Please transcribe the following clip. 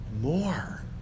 more